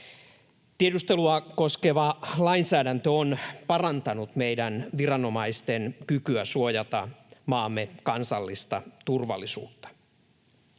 Tiedustelua koskeva lainsäädäntö on parantanut meidän viranomaisten kykyä suojata maamme kansallista turvallisuutta.